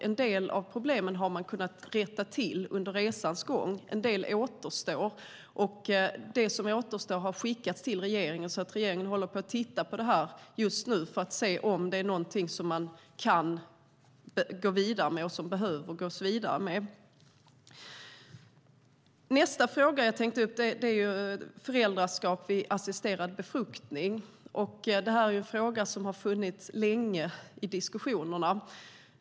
En del av problemen har man kunnat rätta till under resans gång; en del återstår. Och det som återstår har skickats till regeringen, som nu tittar på om det finns något som man behöver och kan gå vidare med. Nästa fråga rör föräldraskap vid assisterad befruktning. Det är en fråga som har diskuterats under lång tid.